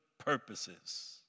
Purposes